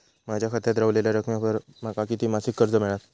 माझ्या खात्यात रव्हलेल्या रकमेवर माका किती मासिक कर्ज मिळात?